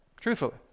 Truthfully